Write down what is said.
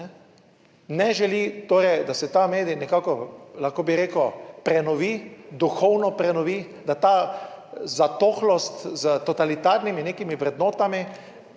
ne želi torej, da se ta medij nekako, lahko bi rekel, prenovi, duhovno prenovi, da ta zatohlost s totalitarnimi nekimi vrednotami